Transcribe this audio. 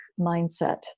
mindset